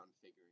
figuring